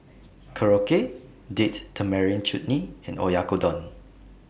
Korokke Date Tamarind Chutney and Oyakodon